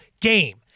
game